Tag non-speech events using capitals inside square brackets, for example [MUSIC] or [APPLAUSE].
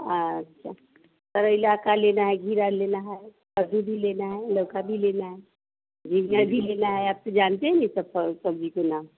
अच्छा करेला का लेना है खीरा लेना है भिंडी लेना है लौका भी लेना है [UNINTELLIGIBLE] भी लेना है आप तो जानते हैं न ये सब [UNINTELLIGIBLE] सब्जी के नाम